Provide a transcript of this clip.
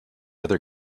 other